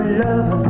love